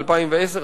2010,